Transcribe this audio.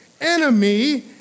enemy